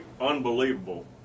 unbelievable